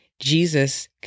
Jesus